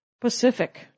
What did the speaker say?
Pacific